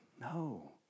No